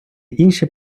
інші